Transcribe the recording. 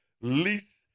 least